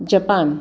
Japan